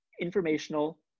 informational